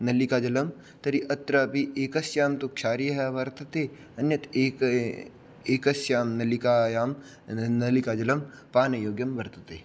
नलिकाजलम् तर्हि अत्र अपि एकस्यां तु क्षारीयः वर्तते अन्यत् एक एकस्यां नलिकायां नलिकाजलं पानयोग्यं वर्तते